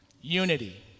Unity